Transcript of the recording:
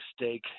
mistake